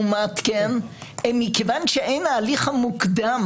מכיוון שאין הליך מוקדם,